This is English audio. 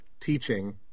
teaching